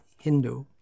Hindu